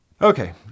Okay